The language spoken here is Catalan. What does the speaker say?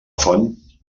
font